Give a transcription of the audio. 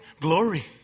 glory